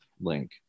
link